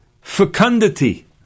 fecundity